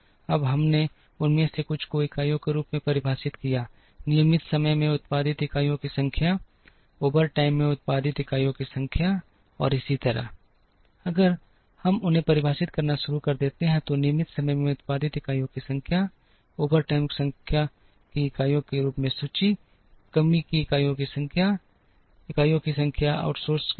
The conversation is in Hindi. अब हमने उनमें से कुछ को इकाइयों के रूप में परिभाषित किया नियमित समय में उत्पादित इकाइयों की संख्या ओवरटाइम में उत्पादित इकाइयों की संख्या और इसी तरह अगर हम उन्हें परिभाषित करना शुरू कर देते हैं तो नियमित समय में उत्पादित इकाइयों की संख्या ओवरटाइम संख्या की इकाइयों के रूप में सूची कमी की इकाइयों की संख्या इकाइयों की संख्या आउटसोर्स की गई